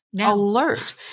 alert